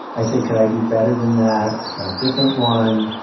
i say, can i do better than that? i try a different one.